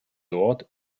dort